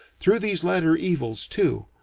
through these latter evils, too,